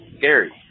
Gary